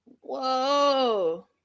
Whoa